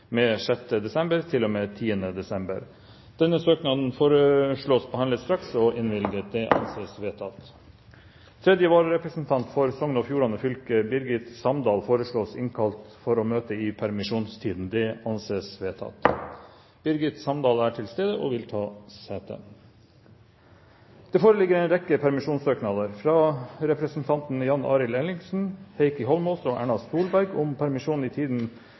med 6. desember til og med 10. desember, av velferdsgrunner. Etter forslag fra presidenten ble enstemmig besluttet: Søknaden behandles straks og innvilges. Tredje vararepresentant for Sogn og Fjordane fylke, Brigt Samdal, innkalles for å møte i permisjonstiden. Brigt Samdal er til stede og vil ta sete. Det foreligger en rekke permisjonssøknader: fra representantene Jan Arild Ellingsen, Heikki Holmås og Erna Solberg om permisjon i tiden